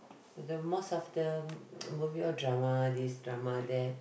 the most of the movie all drama this drama that